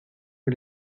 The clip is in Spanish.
que